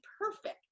perfect